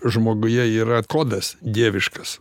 žmoguje yra kodas dieviškas